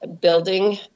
building